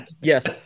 Yes